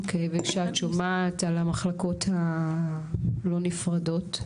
אוקיי, וכשאת שומעת על המחלקות הלא נפרדות?